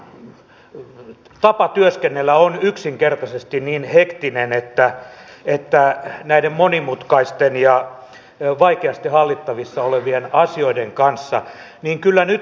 elikkä siinä mielessä meillä on todella pitkä pitkä polku kuljettavana mutta se on hiljaista ja hidasta ja aikaavievää työtä